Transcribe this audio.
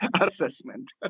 assessment